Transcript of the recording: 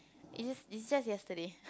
it's just it's just yesterday